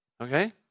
Okay